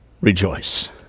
Rejoice